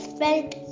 felt